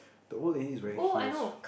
the old lady is wearing heels